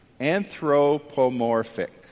anthropomorphic